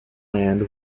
land